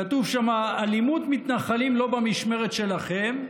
כתוב שם: אלימות מתנחלים, לא במשמרת שלכם.